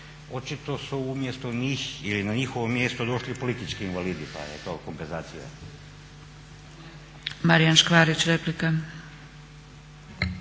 njih ili na njihovo mjesto došli politički invalidi pa je to kompenzacija.